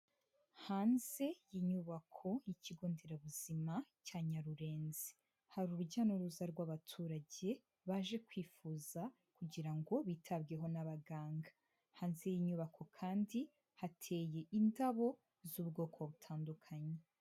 Hanze y'inyubako y'ikigo nderabuzima cya Nyarurenzi, hari urujya n'uruza rw'abaturage baje kwifuza, kugira ngo bitabweho n'abaganga. Hanze y'inyubako kandi hateye indabo z'ubwoko butandukanye.